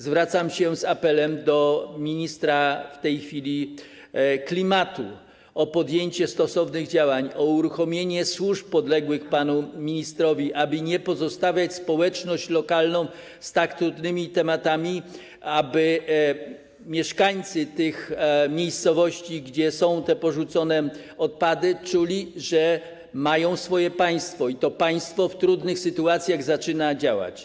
Zwracam się z apelem do ministra klimatu o podjęcie stosownych działań, o uruchomienie służb podległych panu ministrowi, aby nie pozostawiać społeczności lokalnej z tak trudnymi sprawami, aby mieszkańcy miejscowości, gdzie są porzucone odpady, czuli, że mają swoje państwo i że to państwo w trudnych sytuacjach zaczyna działać.